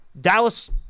Dallas